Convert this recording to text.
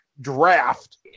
draft